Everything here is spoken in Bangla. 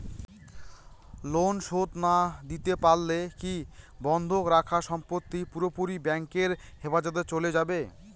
লোন শোধ না দিতে পারলে কি বন্ধক রাখা সম্পত্তি পুরোপুরি ব্যাংকের হেফাজতে চলে যাবে?